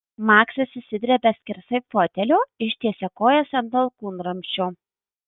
maksas išsidrebia skersai fotelio ištiesia kojas ant alkūnramsčio